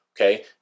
okay